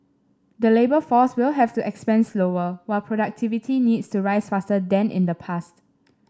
the labour force will have to expand slower while productivity needs to rise faster than in the past